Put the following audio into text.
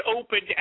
opened